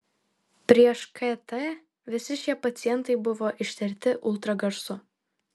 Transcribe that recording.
prieš kt visi šie pacientai buvo ištirti ultragarsu